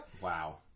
Wow